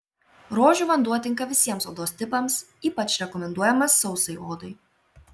rožių vanduo tinka visiems odos tipams ypač rekomenduojamas sausai odai